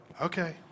okay